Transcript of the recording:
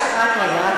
רק רגע.